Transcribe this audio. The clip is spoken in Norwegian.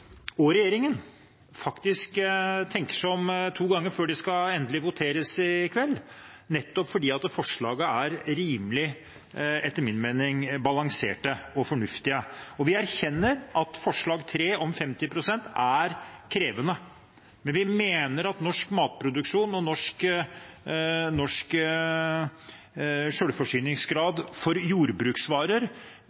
og regjeringen – tenker seg om to ganger før det skal voteres i kveld, nettopp fordi forslagene etter min mening er rimelig balanserte og fornuftige. Vi erkjenner at forslag nr. 3, om 50 pst., er krevende, men vi mener at norsk matproduksjon og norsk